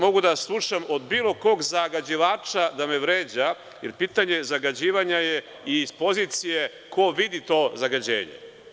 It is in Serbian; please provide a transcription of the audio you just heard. Mogu da slušam od bilo kog zagađivača da me vređa, jer pitanje zagađivanja je i iz pozicije ko vidi to zagađenje.